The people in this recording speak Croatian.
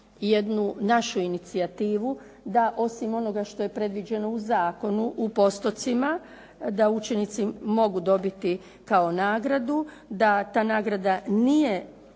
našu inicijativu da osim onoga što je predviđeno u zakonu u postocima da učenici mogu dobiti kao nagradu, da ta nagrada nije